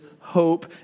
hope